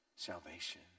Salvation